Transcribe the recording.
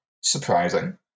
surprising